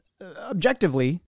objectively